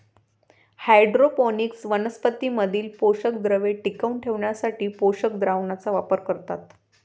hydroponics वनस्पतीं मधील पोषकद्रव्ये टिकवून ठेवण्यासाठी पोषक द्रावणाचा वापर करतात